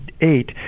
eight